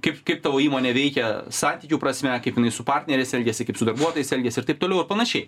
kaip kaip tavo įmonė veikia santykių prasme kaip jinai su partneriais elgiasi kaip su darbuotojais elgiasi ir taip toliau ir panašiai